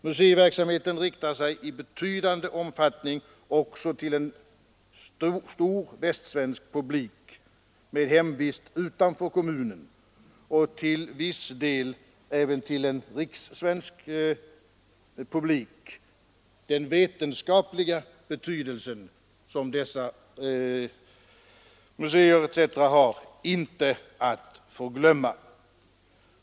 Museiverksamheten riktar sig i betydande omfattning också till en stor västsvensk publik med hemvist utanför kommunen och till viss del även till en rikssvensk publik. Den vetenskapliga betydelse som dessa museer har är inte heller att förglömma.